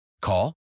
Call